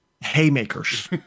Haymakers